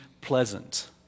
pleasant